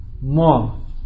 more